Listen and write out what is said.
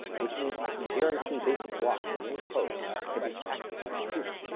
which means i can guarantee basic blocks in any code can be accurately computed.